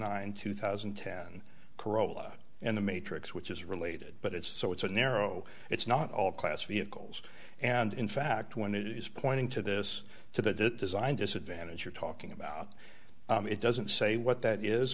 ninety two thousand and ten corolla and the matrix which is related but it's so it's a narrow it's not all class vehicles and in fact when it is pointing to this to the design disadvantage you're talking about it doesn't say what that is